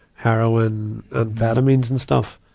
heroine, amphetamines and stuff.